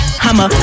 I'ma